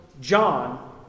John